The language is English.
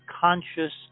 conscious